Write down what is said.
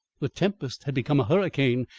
the tempest had become a hurricane,